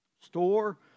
store